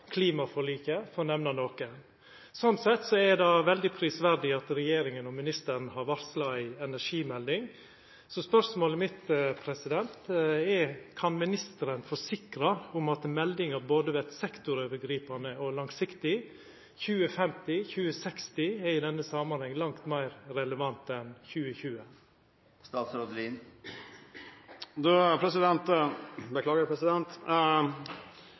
klimaforliket, for å nemna noko. Slik sett er det veldig prisverdig at regjeringa og ministeren har varsla ei energimelding. Så spørsmålet mitt er: Kan ministeren forsikra om at meldinga vert både sektorovergripande og langsiktig? 2050,2060 er i denne samanhengen langt meir relevant enn 2020.